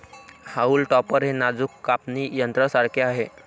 haulm topper हे नाजूक कापणी यंत्रासारखे आहे